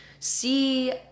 see